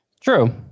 True